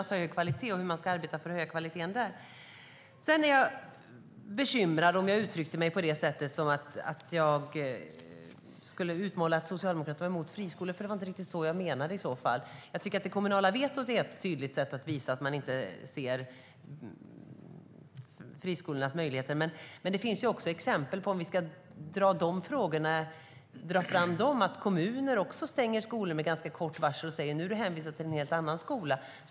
På vilket sätt kan man arbeta för att höja kvaliteten där? Det bekymrar mig om jag uttryckte mig som om Socialdemokraterna är mot friskolor. Det var inte riktigt så jag menade. Jag tycker att det kommunala vetot är ett tydligt sätt att visa att man inte ser friskolornas möjligheter. Men om vi ska dra fram de frågorna finns det exempel på att även kommuner stänger skolor med ganska kort varsel och säger till eleverna att de är hänvisade till en helt annan skola.